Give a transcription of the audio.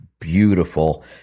beautiful